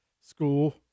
school